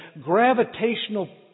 gravitational